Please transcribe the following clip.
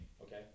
okay